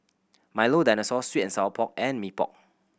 Milo Dinosaur sweet and sour pork and Mee Pok